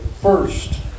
first